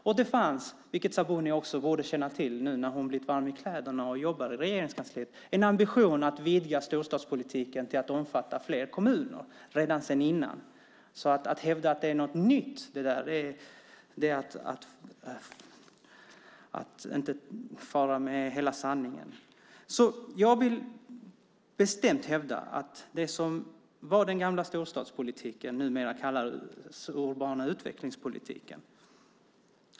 Och det fanns, vilket Sabuni borde känna till nu när hon blivit varm i kläderna och jobbar i Regeringskansliet, en ambition att vidga storstadspolitiken till att omfatta fler kommuner än tidigare. Att hävda att detta är något nytt är att inte säga hela sanningen. Jag vill bestämt hävda att det som var den gamla storstadspolitiken numera kallas den urbana utvecklingspolitiken.